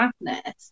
madness